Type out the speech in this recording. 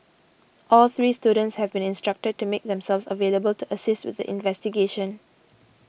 all three students have been instructed to make themselves available to assist with the investigation